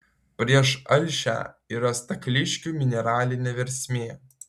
prieš alšią yra stakliškių mineralinė versmė